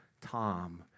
Tom